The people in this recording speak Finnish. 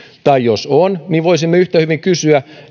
tai jos on niin voisimme yhtä hyvin kysyä